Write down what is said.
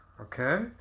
Okay